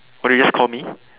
what did you just call me